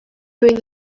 bring